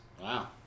Wow